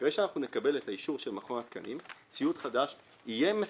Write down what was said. אחרי שאנחנו נקבל את אישור מכון התקנים ציוד חדש יסומן